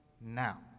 now